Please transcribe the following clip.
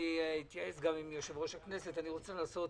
רוצה לעשות